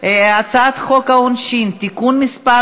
חוק העונשין (תיקון מס'